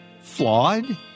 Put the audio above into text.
Flawed